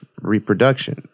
reproduction